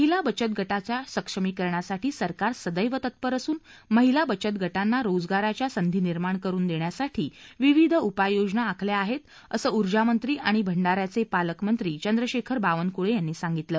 महिला बचत गटाच्या सक्षमीकरणासाठी सरकार सददी तत्पर असून महिला बचत गटांना रोजगाराच्या संधी निर्माण करुन देण्यासाठी विविध उपाययोजना आखल्या आहेत असं ऊर्जा मंत्री आणि भंडाऱ्याचे पालकमंत्री चंद्रशेखर बावनकुळे यांनी सांगितलं